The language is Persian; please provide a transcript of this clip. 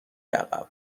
عقب